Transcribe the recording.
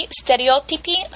stereotipi